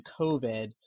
COVID